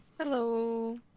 Hello